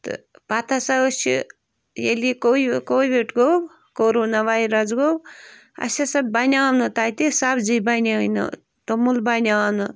تہٕ پَتہٕ ہسا أسۍ چھِ ییٚلہِ یہِ کویہِ کووِڈ گوٚو کوروٗنا وایرَس گوٚو اَسہِ ہسا بنیو نہٕ تَتہِ سبزی بنیٛٲے نہٕ توٚمُل بنیو نہٕ